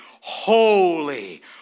holy